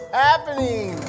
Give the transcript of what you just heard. happening